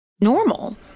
normal